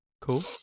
Cool